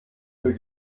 für